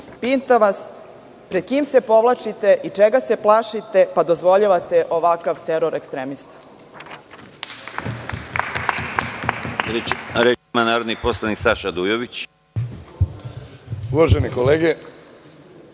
građanima? Pred kim se povlačite i čega se plašite pa dozvoljavate ovakav teror ekstremista?